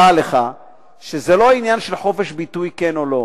דע לך שזה לא עניין של חופש ביטוי, כן או לא,